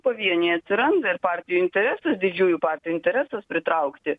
pavieniai atsiranda ir partijų interesas didžiųjų partijų interesas pritraukti